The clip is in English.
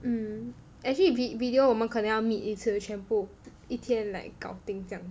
mm actually vid~ video 我们可能要 meet 一次的全部一天的全部搞定这样